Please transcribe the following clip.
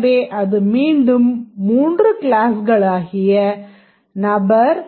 எனவே அது மீண்டும் மூன்று க்ளாஸ்களாகிய நபர்